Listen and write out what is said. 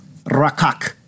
rakak